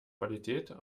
qualität